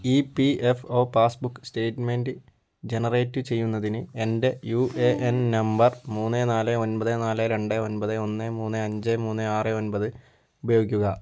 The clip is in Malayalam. E P F O passbook statement generate ചെയ്യുന്നതിന് എന്റെ യു എ എൻ നമ്പർ മൂന്ന് നാല് ഒന്പത് നാല് രണ്ട് ഒന്പത് ഒന്ന് മൂന്ന് അഞ്ച് മൂന്ന് ആറ് ഒന്പത് ഉപയോഗിക്കുക